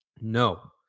No